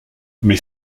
mais